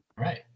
right